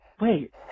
wait